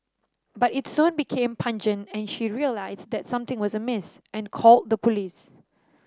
but it soon became pungent and she realised that something was amiss and called the police